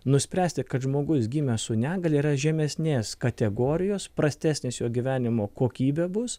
nuspręsti kad žmogus gimęs su negalia yra žemesnės kategorijos prastesnis jo gyvenimo kokybė bus